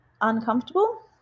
uncomfortable